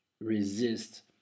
resist